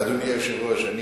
אדוני היושב-ראש,